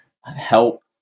help